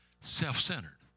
self-centered